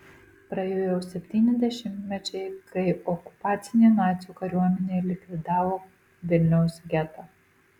praėjo jau septyni dešimtmečiai kai okupacinė nacių kariuomenė likvidavo vilniaus getą